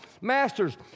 Masters